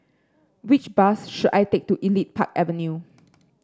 which bus should I take to Elite Park Avenue